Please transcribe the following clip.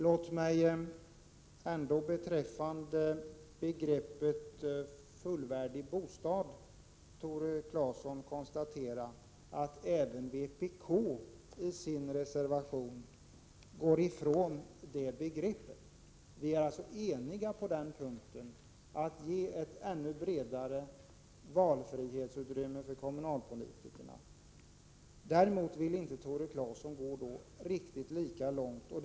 Låt mig ändå konstatera att även vpk i sin reservation går ifrån begreppet fullvärdig bostad, Tore Claeson. Vi är alltså eniga om att ge kommunalpolitikerna ett ännu större utrymme för valfrihet. Tore Claeson vill dock inte gå riktigt lika långt i denna strävan.